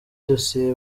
dosiye